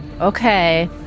Okay